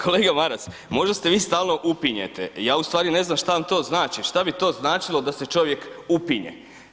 Kolega Maras, možda ste vi stalno upinjete, ja u stvari ne znam šta vam to znači, šta bi to značilo da se čovjek upinje.